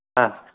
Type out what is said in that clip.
हा